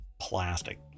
plastic